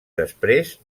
després